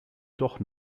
doch